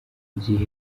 gihe